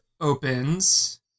opens